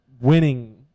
winning